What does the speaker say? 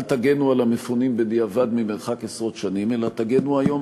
אל תגנו על המפונים בדיעבד ממרחק עשרות שנים אלא תגנו היום